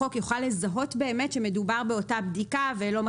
אלה למעשה תקנים של אבטחת מידע ושמירה על המידע ופרטיות.